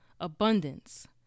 abundance